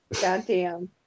Goddamn